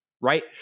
right